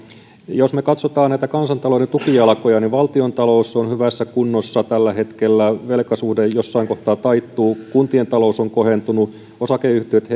jos me katsomme näitä kansantalouden tukijalkoja niin valtiontalous on hyvässä kunnossa tällä hetkellä velkasuhde jossain kohtaa taittuu kuntien talous on kohentunut osakeyhtiöissä